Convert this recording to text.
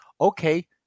Okay